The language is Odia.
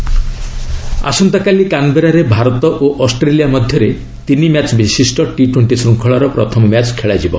କ୍ରିକେଟ୍ ଆସନ୍ତାକାଲି କାନ୍ବେରାରେ ଭାରତ ଓ ଅଷ୍ଟ୍ରେଲିଆ ମଧ୍ୟରେ ତିନି ମ୍ୟାଚ୍ ବିଶିଷ୍ଟ ଟି ଟ୍ୱେଣ୍ଟି ଶୃଙ୍ଖଳାର ପ୍ରଥମ ମ୍ୟାଚ୍ ଖେଳାଯିବ